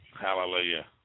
hallelujah